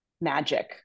magic